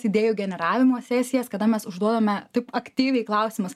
idėjų generavimo sesijas kada mes užduodame taip aktyviai klausimas